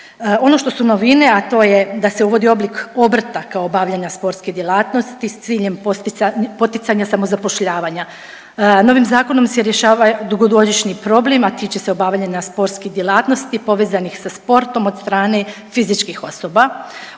Ono što su novine, a to je da se uvodi oblik obrta kao bavljenja sportske djelatnosti s ciljem poticanja samozapošljavanja. Novim zakonom se rješava dugogodišnji problem, a tiče se obavljanja sportskih djelatnosti povezanih sa sportom od strane fizičkih osoba.